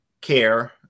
care